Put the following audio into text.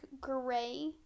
gray